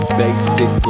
basic